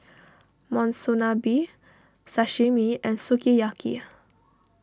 Monsunabe Sashimi and Sukiyaki